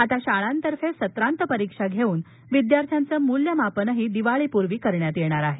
आता शाळांतर्फे सत्रांत परीक्षा घेऊन विद्यार्थ्यांचं मूल्यमापनही दिवाळीपूर्वी करण्यात येणार आहे